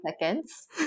seconds